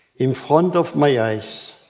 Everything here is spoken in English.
in front of my eyes.